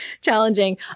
challenging